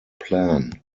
plan